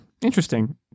interesting